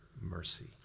mercy